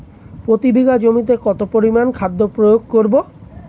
প্রতি বিঘা জমিতে কত পরিমান খাদ্য প্রয়োগ করব?